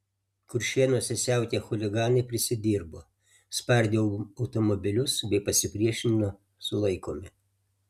kuršėnuose siautėję chuliganai prisidirbo spardė automobilius bei pasipriešino sulaikomi